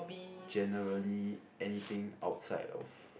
generally anything outside of